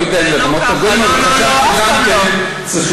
לא יודע אם, אבל חשבת גם כן שצריכים.